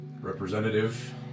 Representative